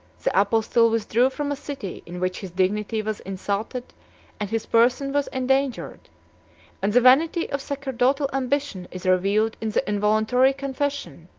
the apostle withdrew from a city in which his dignity was insulted and his person was endangered and the vanity of sacerdotal ambition is revealed in the involuntary confession,